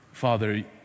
Father